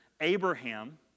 Abraham